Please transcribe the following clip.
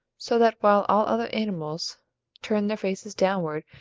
so that while all other animals turn their faces downward,